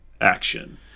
action